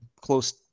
close